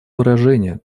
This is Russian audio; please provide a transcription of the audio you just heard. выражение